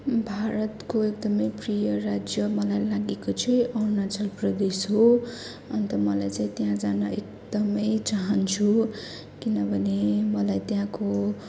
भारतको एकदमै प्रिय राज्य मलाई लागेको चाहि अरूणाचल प्रदेश हो अन्त मलाई चाहिँ त्यहाँ जान एकदमै चाहन्छु किनभने मलाई त्यहाँको